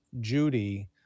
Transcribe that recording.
Judy